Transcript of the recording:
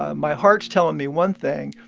ah my heart's telling me one thing,